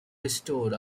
restored